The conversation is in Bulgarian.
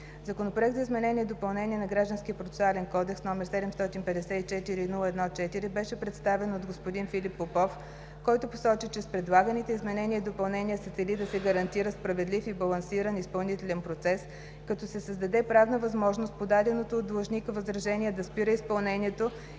Законопроект за изменение и допълнение на Гражданския процесуален кодекс, № 754-01-4, беше представен от господин Филип Попов, който посочи, че с предлаганите изменения и допълнения се цели да се гарантира справедлив и балансиран изпълнителен процес, като се създаде правна възможност подаденото от длъжника възражение да спира изпълнението